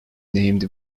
named